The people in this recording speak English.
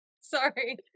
sorry